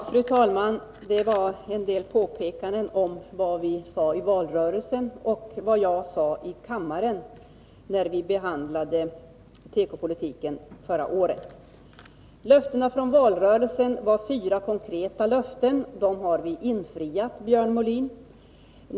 Fru talman! Björn Molin gjorde en del påpekanden om vad vi sade i valrörelsen och vad jag sade i kammaren när vi behandlade tekopolitiken förra året. I valrörelsen gav vi fyra konkreta löften. Dem har vi infriat, Björn Molin.